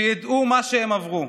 שידעו מה שהם עברו.